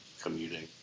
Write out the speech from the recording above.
commuting